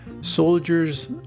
Soldiers